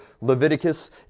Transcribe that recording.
Leviticus